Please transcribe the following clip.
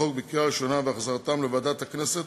החוק בקריאה ראשונה והחזרתן לוועדת הכנסת